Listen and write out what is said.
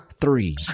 three